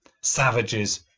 savages